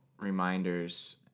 reminders